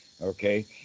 okay